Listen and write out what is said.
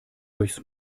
durchs